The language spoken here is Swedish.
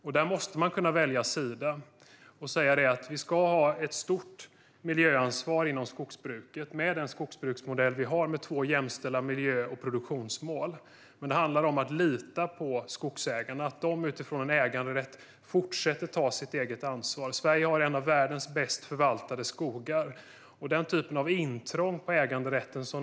Man måste kunna välja sida och säga att det ska utövas ett stort miljöansvar inom skogsbruket med den skogsbruksmodell som finns med två jämställda miljö och produktionsmål. Det handlar om att lita på skogsägarna, att de utifrån en äganderätt fortsätter att ta sitt eget ansvar. Sverige har en av världens bäst förvaltade skogar, och det sker nu intrång på äganderätten.